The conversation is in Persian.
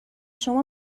شما